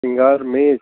سنگار میز